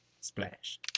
Splash